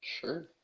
Sure